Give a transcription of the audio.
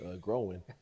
growing